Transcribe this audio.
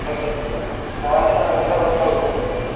okay sir நான் வந்துட்டு நான் அங்கே வந்துட்டேன்னா நான் உங்களை கூப்பிட்றேன் சார்